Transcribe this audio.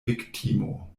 viktimo